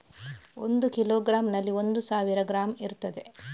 ಒಂದು ಕಿಲೋಗ್ರಾಂನಲ್ಲಿ ಒಂದು ಸಾವಿರ ಗ್ರಾಂ ಇರ್ತದೆ